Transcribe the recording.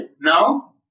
now